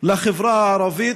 לחברה הערבית,